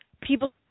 people